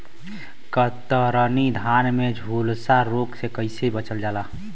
कतरनी धान में झुलसा रोग से कइसे बचल जाई?